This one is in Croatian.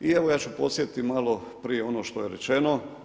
I evo, ja ću podsjetiti malo prije što je rečeno.